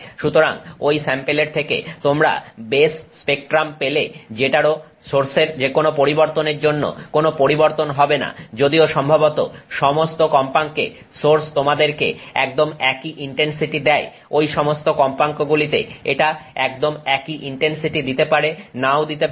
সুতরাং ঐ স্যাম্পেলের থেকে তোমরা বেস স্পেক্ট্রাম পেলে যেটারও সোর্সের যেকোনো পরিবর্তনের জন্য কোনো পরিবর্তন হবে না যদিও সম্ভবত সমস্ত কম্পাঙ্কে সোর্স তোমাদেরকে একদম একই ইনটেনসিটি দেয় ঐ সমস্ত কম্পাঙ্কগুলিতে এটা একদম একই ইনটেনসিটি দিতে পারে নাও দিতে পারে